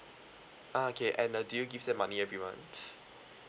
ah K and uh do you give them money every month